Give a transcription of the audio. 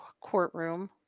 courtroom